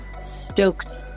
stoked